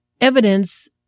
evidence